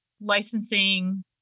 licensing